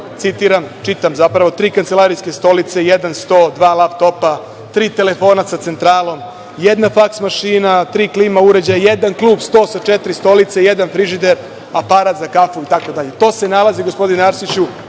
citiram, čitam zapravo, tri kancelarijske stolice, jedan sto, dva laptopa, tri telefona sa centralom, jedna faks mašina, tri klima uređaja, jedan klub sto sa četiri stolice, jedan frižider, aparat za kafu, itd. To se nalazi, gospodine Arsiću